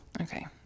Okay